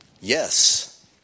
Yes